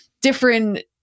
different